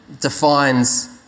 defines